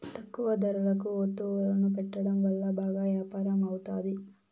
తక్కువ ధరలకు వత్తువులను పెట్టడం వల్ల బాగా యాపారం అవుతాది